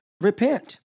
repent